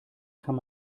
kann